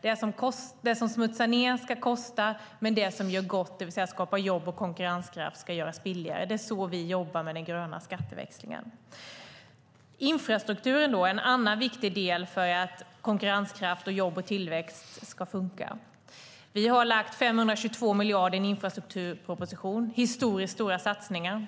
Det som smutsar ned ska kosta, men det som gör gott - det vill säga skapar jobb och konkurrenskraft - ska göras billigare. Det är så vi jobbar med den gröna skatteväxlingen. Infrastrukturen är en annan viktig del för att konkurrenskraft och jobb och tillväxt ska fungera. Vi har anslagit 522 miljarder i en infrastrukturproposition. Det är historiskt stora satsningar.